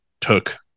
took